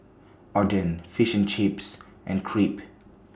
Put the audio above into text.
Oden Fish and Chips and Crepe